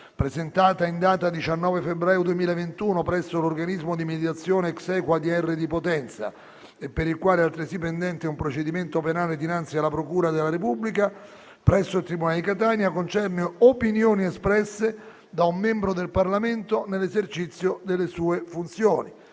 presentata in data 19 febbraio 2021 presso l'organismo di mediazione civile ExAequo a.d.r. di Potenza, e per il quale è altresì pendente un procedimento penale dinanzi alla procura della Repubblica presso il tribunale di Catania concerne opinioni espresse da un membro del Parlamento nell'esercizio delle sue funzioni.